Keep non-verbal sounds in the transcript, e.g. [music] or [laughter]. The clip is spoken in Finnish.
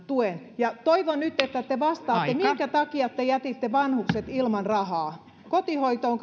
tuen ja toivon nyt että te vastaatte minkä takia te jätitte vanhukset ilman rahaa kotihoito on [unintelligible]